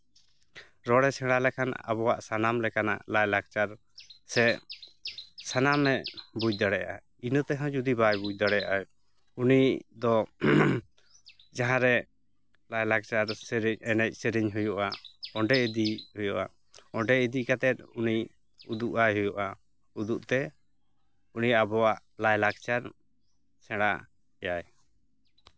ᱨᱚᱲᱮ ᱥᱮᱬᱟ ᱞᱮᱠᱷᱟᱱ ᱟᱵᱚᱣᱟᱜ ᱥᱟᱱᱟᱢ ᱞᱮᱠᱟᱱᱟᱜ ᱞᱟᱭᱼᱞᱟᱠᱪᱟᱨ ᱥᱮ ᱥᱟᱱᱟᱢᱮ ᱵᱩᱡᱽ ᱫᱟᱲᱮᱭᱟᱜᱼᱟ ᱤᱱᱟᱹᱛᱮᱦᱚᱸ ᱡᱩᱫᱤ ᱵᱟᱭ ᱵᱩᱡᱽ ᱫᱟᱲᱮᱭᱟᱜᱼᱟᱭ ᱩᱱᱤ ᱫᱚ ᱡᱟᱦᱟᱸᱨᱮ ᱞᱟᱭᱼᱞᱟᱠᱪᱟᱨ ᱥᱮᱨᱮᱧ ᱮᱱᱮᱡᱼᱥᱮᱨᱮᱧ ᱦᱩᱭᱩᱜᱼᱟ ᱚᱸᱰᱮ ᱤᱫᱤᱭ ᱦᱩᱭᱩᱜᱼᱟ ᱚᱸᱰᱮ ᱤᱫᱤ ᱠᱟᱛᱮᱫ ᱩᱱᱤ ᱩᱫᱩᱜ ᱟᱭ ᱦᱩᱭᱩᱜᱼᱟ ᱩᱫᱩᱜᱼᱛᱮ ᱩᱱᱤ ᱟᱵᱚᱣᱟᱜ ᱞᱟᱭᱼᱞᱟᱠᱪᱟᱨ ᱥᱮᱬᱟᱭᱟᱭ